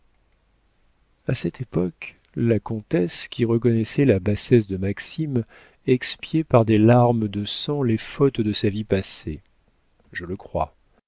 a cette époque la comtesse qui reconnaissait la bassesse de maxime expiait par des larmes de sang les fautes de sa vie passée je le crois